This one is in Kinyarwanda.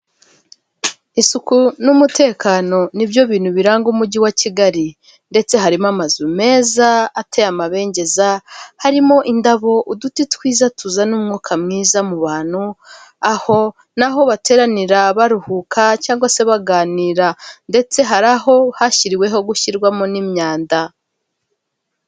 Aba rero urabona ko bambaye amakarita ndetse n'imyenda, bisa n'aho hari inama bari bitabiriye yiga ku bibazo runaka biba byugarije abaturage cyangwa biba byugarije igihugu, biterwa n'ingingo nyamukuru ihari.